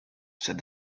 said